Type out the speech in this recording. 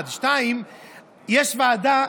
1. 2. יש ועדה,